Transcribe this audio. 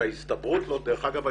כשההסתברות לו דרך אגב,